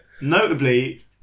Notably